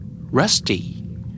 Rusty